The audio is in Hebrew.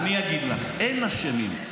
אני אגיד לך, אין אשמים.